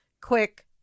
quick